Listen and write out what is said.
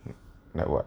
like what